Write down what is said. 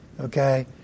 Okay